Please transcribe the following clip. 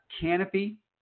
canopy